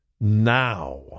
now